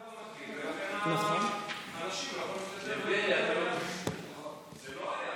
אנשים, זה מה שקורה.